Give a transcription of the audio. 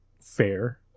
fair